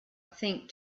think